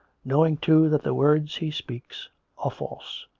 knowing, too, that the words he speaks are false.